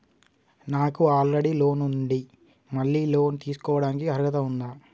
నాకు already loan ఉండి మళ్ళీ లోన్ తీసుకోవడానికి అర్హత ఉందా?